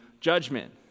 judgment